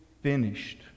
finished